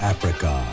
Africa